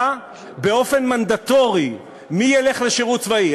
באופן מנדטורי מי ילך לשירות צבאי.